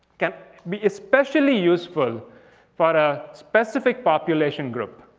can be especially useful for a specific population group.